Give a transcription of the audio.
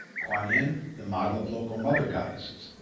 kuan yin, the model of local mother-goddesses